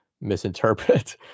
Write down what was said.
misinterpret